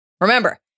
remember